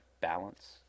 Balance